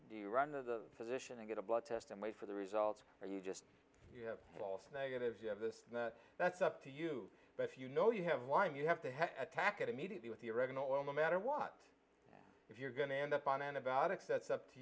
the run of the physician and get a blood test and wait for the results or you just have lost negatives you have this and that that's up to you but if you know you have wine you have to have attack it immediately with the oregano oil no matter what if you're going to end up on antibiotics that's up to